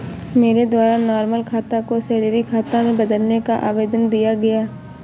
मेरे द्वारा नॉर्मल खाता को सैलरी खाता में बदलने का आवेदन दिया गया